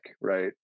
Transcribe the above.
right